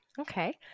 Okay